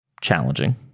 challenging